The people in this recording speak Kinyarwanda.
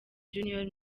junior